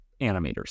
animators